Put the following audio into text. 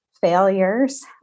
failures